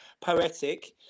poetic